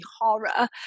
horror